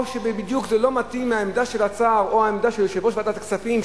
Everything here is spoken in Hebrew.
או שבדיוק זה לא מתאים לעמדה של השר או לעמדה של יושב-ראש ועדת הכספים,